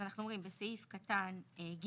אז אנחנו אומרים: בסעיף קטן (ג),